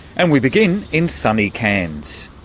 and we begin in sunny cairns.